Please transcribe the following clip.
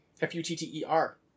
f-u-t-t-e-r